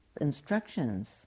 instructions